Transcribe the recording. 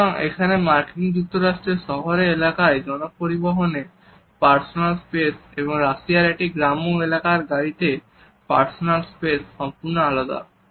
সুতরাং এখানে মার্কিন যুক্তরাষ্ট্রের শহুরে এলাকায় জনপরিবহনে পার্সোনাল স্পেস আর রাশিয়াতে একটি গ্রাম্য এলাকার গাড়িতে পার্সোনাল স্পেস সম্পূর্ণ আলাদা